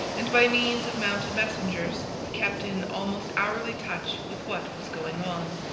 and by means of mounted messengers he kept in almost hourly touch with what was going on.